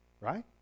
Right